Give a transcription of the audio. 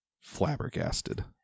flabbergasted